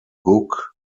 hook